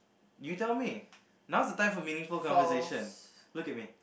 you tell me now's the time for meaningful conversation look at me